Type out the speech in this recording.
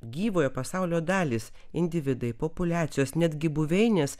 gyvojo pasaulio dalys individai populiacijos netgi buveinės